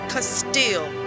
Castile